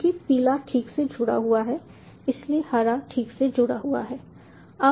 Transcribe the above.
चूंकि पीला ठीक से जुड़ा हुआ है इसलिए हरा ठीक से जुड़ा हुआ है